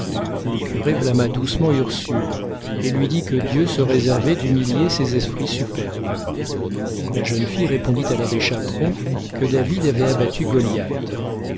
le curé blâma doucement ursule et lui dit que dieu se réservait d'humilier ces esprits superbes la jeune fille répondit à l'abbé chaperon que david avait abattu goliath